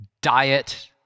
diet